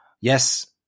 Yes